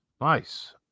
Nice